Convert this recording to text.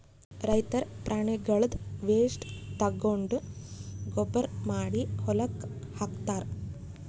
ರೈತರ್ ಪ್ರಾಣಿಗಳ್ದ್ ವೇಸ್ಟ್ ತಗೊಂಡ್ ಗೊಬ್ಬರ್ ಮಾಡಿ ಹೊಲಕ್ಕ್ ಹಾಕ್ತಾರ್